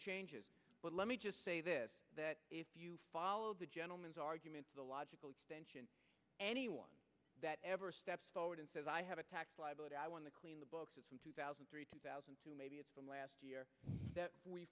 changes but let me just say this that if you follow the gentleman's argument the logical extension anyone that ever steps forward and says i have a tax liability i want to clean the boxes from two thousand three thousand to maybe it's from last year